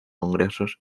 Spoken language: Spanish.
congresos